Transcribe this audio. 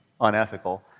unethical